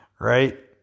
Right